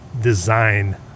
design